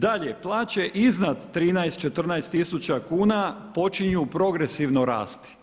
Dalje, plaće iznad 13, 14 tisuća kuna počinju progresivno rasti.